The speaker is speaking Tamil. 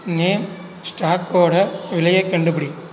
நேம் ஸ்டாக்கோட விலையை கண்டுபிடி